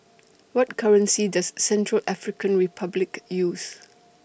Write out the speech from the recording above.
What currency Does Central African Republic use